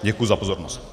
Děkuji za pozornost.